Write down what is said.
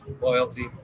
Loyalty